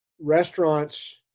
restaurants